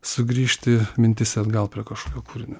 sugrįžti mintis atgal prie kažkokio kūrinio